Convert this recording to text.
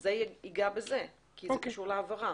וזה ייגע בזה, כי זה קשור להעברה.